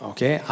Okay